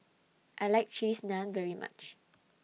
I like Cheese Naan very much